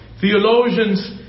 Theologians